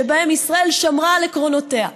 שבהן ישראל שמרה על עקרונותיה,